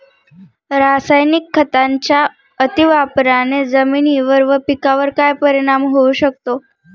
रासायनिक खतांच्या अतिवापराने जमिनीवर व पिकावर काय परिणाम होऊ शकतो?